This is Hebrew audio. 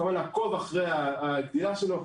כמובן נעקוב אחר הגדילה שלו,